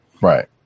right